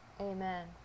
Amen